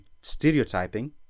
stereotyping